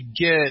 get